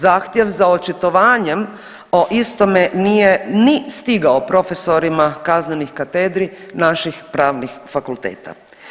Zahtjev za očitovanjem o istome nije ni stigao profesorima kaznenih katedri naših pravnih fakulteta.